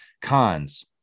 cons